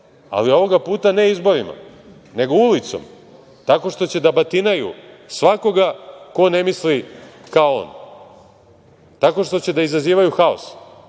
ali ovoga puta ne izborima, nego ulicom, tako što će da batinaju svakoga ko ne misli kao on. Tako što će da izazivaju haos,